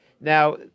now